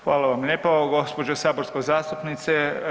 Hvala vam lijepo, gđo. saborska zastupnice.